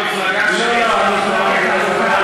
כששר בממשלה, בגללו כל הדבר הזה,